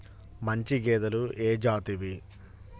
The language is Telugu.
మంచి గేదెలు ఏ జాతివి?